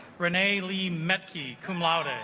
renee ealy meki cum laude ah